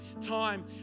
time